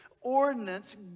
ordinance